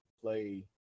play